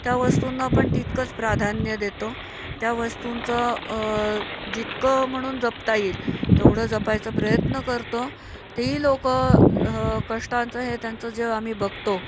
त्या वस्तूंना पण तितकंच प्राधान्य देतो त्या वस्तूंचं जितकं म्हणून जपता येईल तेवढं जपायचं प्रयत्न करतो ते लोकं कष्टांचं हे त्यांचं जे आम्ही बघतो